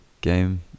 game